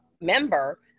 member